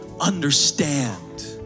understand